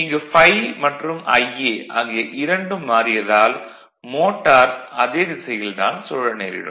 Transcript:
இங்கு ∅ மற்றும் Ia ஆகிய இரண்டும் மாறியதால் மோட்டார் அதே திசையில் தான் சுழல நேரிடும்